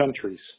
countries